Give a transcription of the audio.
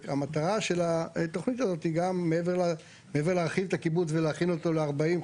המטרה של התוכנית הזאת גם מעבר להכיל את הקיבוץ ולהכין אותו ל- 40,